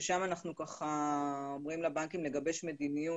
ששם אנחנו אומרים לבנקים לגבש מדיניות